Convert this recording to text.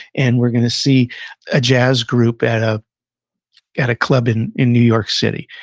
and we're going to see a jazz group at ah at a club in in new york city.